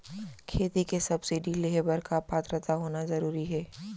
खेती के सब्सिडी लेहे बर का पात्रता होना जरूरी हे?